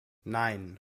nein